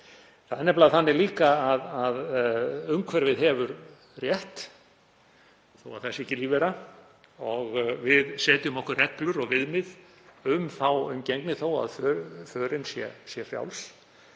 Það er nefnilega þannig líka að umhverfið hefur rétt þó að það sé ekki lífvera. Við setjum okkur reglur og viðmið um þá umgengni þó að förin sé frjáls